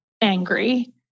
angry